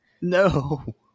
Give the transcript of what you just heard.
No